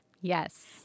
Yes